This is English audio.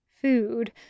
food—